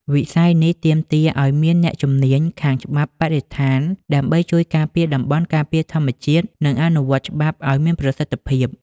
វិស័យនេះទាមទារឱ្យមានអ្នកជំនាញខាងច្បាប់បរិស្ថាន ដើម្បីជួយការពារតំបន់ការពារធម្មជាតិ និងអនុវត្តច្បាប់ឱ្យមានប្រសិទ្ធភាព។